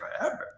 forever